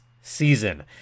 season